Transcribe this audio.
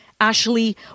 Ashley